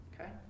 okay